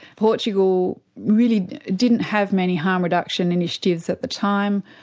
portugal really didn't have many harm reduction initiatives at the time,